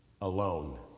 alone